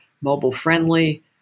mobile-friendly